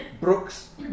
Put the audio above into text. Brooks